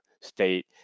state